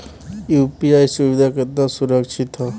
UPI सुविधा केतना सुरक्षित ह?